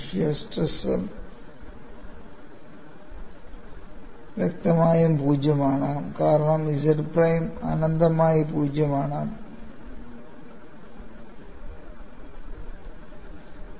shear stress വ്യക്തമായും 0 ആണ് കാരണം z പ്രൈം അനന്തമായി 0 ആണ്